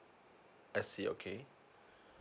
I see okay